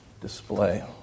display